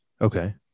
Okay